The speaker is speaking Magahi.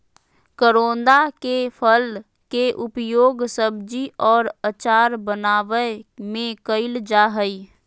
करोंदा के फल के उपयोग सब्जी और अचार बनावय में कइल जा हइ